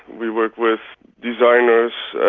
we work with designers,